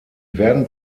werden